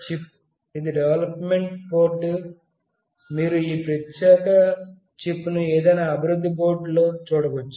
ఇది development board మీరు ఈ ప్రత్యేక చిప్ను ఏదైనా డెవలప్మెంట్ బోర్డు లో చూడవచ్చు